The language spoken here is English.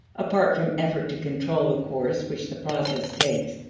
apart from effort to control the course which the process takes,